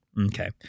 Okay